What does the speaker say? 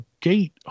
gate